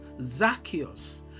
Zacchaeus